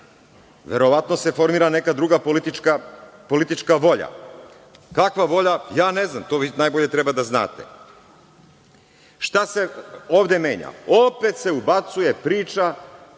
Verovatno se formira neka druga politička volja. Kakva volja? To ne znam. Vi to najbolje treba da znate. Šta se ovde menja? Opet se ubacuje priča